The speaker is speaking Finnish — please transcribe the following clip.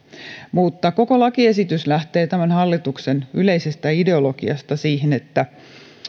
koko lakiesitys lähtee tämän hallituksen yleisestä ideologiasta siinä